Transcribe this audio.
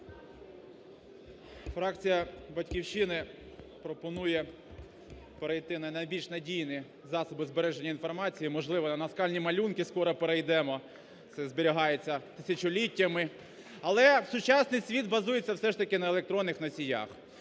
Фракція "Батьківщини" пропонує перейти на найбільш надійні засоби збереження інформації, можливо, на наскальні малюнки скоро перейдемо, це зберігається тисячоліттями. Але сучасний світ базується все ж таки на електронних носіях.